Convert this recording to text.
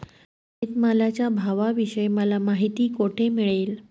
शेतमालाच्या भावाविषयी मला माहिती कोठे मिळेल?